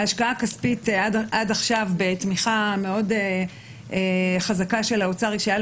ההשקעה הכספית עד עכשיו בתמיכה מאוד חזקה של האוצר היא מעל